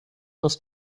das